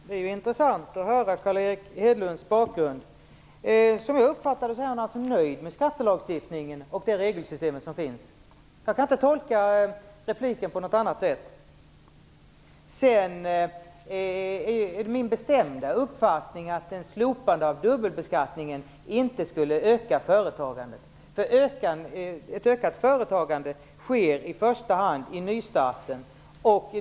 Fru talman! Det är intressant att höra om Carl Erik Som jag uppfattar det är han nöjd med skattelagstiftningen och det regelsystem som finns. Jag kan inte tolka repliken på något annat sätt. Det är min bestämda uppfattning att ett slopande av dubbelbeskattningen inte skulle öka företagandet. Ett ökat företagande sker i första hand genom nystart.